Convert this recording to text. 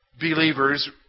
believers